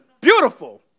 Beautiful